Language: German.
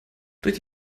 durch